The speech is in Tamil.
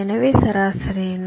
எனவே சராசரி என்ன